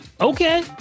okay